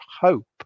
hope